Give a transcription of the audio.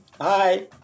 Hi